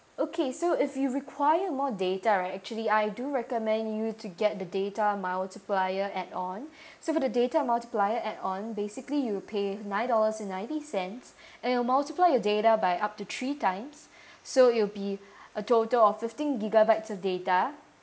okay so if you require more data right actually I do recommend you to get the data multiplier add on so for the data multiplier add on basically you'll pay nine dollars and ninety cents and it'll multiply your data by up to three times so it'll be a total of fifteen gigabytes of data